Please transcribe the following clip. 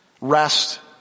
Rest